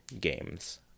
games